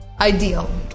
ideal